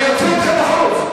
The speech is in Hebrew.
אני אוציא אתכם בחוץ.